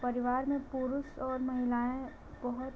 परिवार में पुरुष और महिलाएँ बहुत